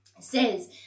says